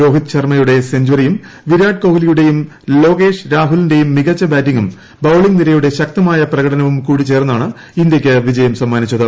രോഹിത് ശർമ്മയുടെ സെഞ്ചറിയും വിരാട് കോഹ്ലിയുടെയും ലോകേഷ് രാഹുലിന്റെയും മികച്ച ബാറ്റിംഗും ബൌളിങ് നിരയുടെ ശക്തമായ പ്രകടനവും കൂടിചേർന്നാണ് ഇന്തൃയ്ക്ക് വിജയം സമ്മാനിച്ചത്